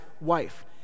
wife